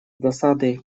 досадой